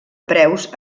preus